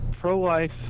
pro-life